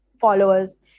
followers